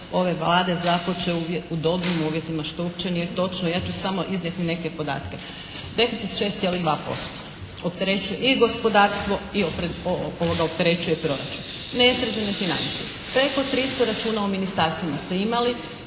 ove Vlade započeo u dobrim uvjetima što uopće nije točno. Ja ću samo iznijeti neke podatke. Deficit 6,2% opterećuje i gospodarstvo i … /Govornica se ne razumije./ … opterećuje proračun. Nesređene financije. Preko 300 računa u ministarstvima ste imali.